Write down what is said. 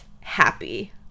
happy